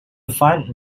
find